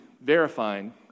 verifying